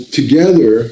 together